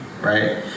right